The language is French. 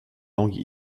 langue